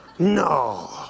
no